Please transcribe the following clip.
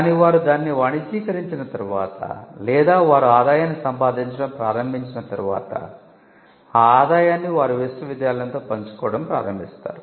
కానీ వారు దానిని వాణిజ్యీకరించిన తర్వాత లేదా వారు ఆదాయాన్ని సంపాదించడం ప్రారంభించిన తర్వాత ఆ ఆదాయాన్ని వారు విశ్వవిద్యాలయంతో పంచుకోవడం ప్రారంభిస్తారు